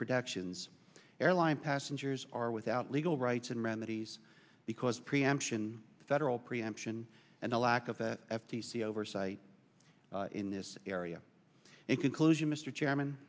protections airline passengers are without legal rights and remedies because preemption federal preemption and the lack of the f t c oversight in this area in conclusion mr chairman